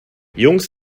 jungs